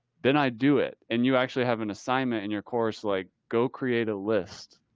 then i do it. and you actually have an assignment in your course, like go create a list.